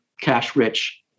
cash-rich